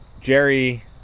jerry